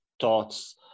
thoughts